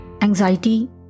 anxiety